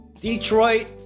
Detroit